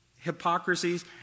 hypocrisies